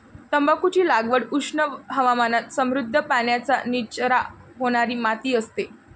तंबाखूची लागवड उष्ण हवामानात समृद्ध, पाण्याचा निचरा होणारी माती असते